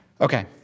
Okay